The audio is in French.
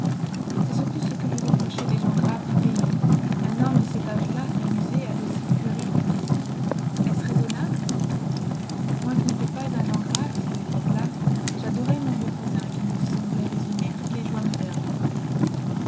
cest surtout ce que lui reprochaient les gens graves du pays un homme de cet âge-là samuser à daussi puériles facéties est-ce raisonnable moi qui nétais pas un gens grave à cette époque-là jadorais mon vieux cousin qui me semblait résumer toutes les joies modernes